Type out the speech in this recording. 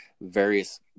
various